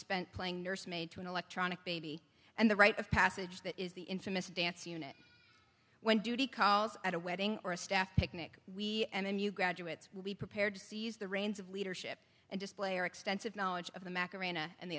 spent playing nursemaid to an electronic baby and the rite of passage that is the infamous dance unit when duty calls at a wedding or a staff picnic we and the new graduates will be prepared to seize the reins of leadership and display or extensive knowledge of the macarena and the